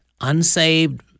unsaved